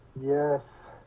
Yes